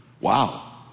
Wow